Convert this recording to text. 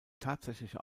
tatsächliche